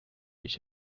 ich